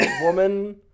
woman